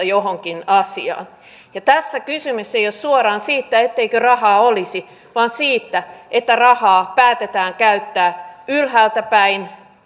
johonkin asiaan ja tässä kysymys ei ole suoraan siitä etteikö rahaa olisi vaan siitä että rahaa päätetään käyttää ylhäältä päin